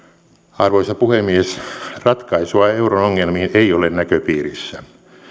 arvoisa puhemies ratkaisua euro ongelmiin ei ole näköpiirissä